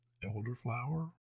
elderflower